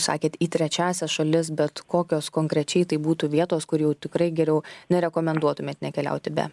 sakėt į trečiąsias šalis bet kokios konkrečiai tai būtų vietos kur jau tikrai geriau nerekomenduotumėt nekeliauti be